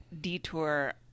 detour